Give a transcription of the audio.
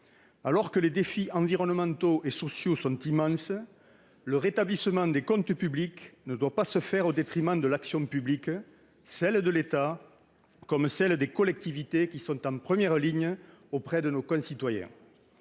Alors que les défis environnementaux et sociaux sont immenses, le rétablissement des comptes publics ne doit pas se faire au détriment de l'action publique, celle de l'État comme celle des collectivités, qui sont en première ligne auprès de nos concitoyens.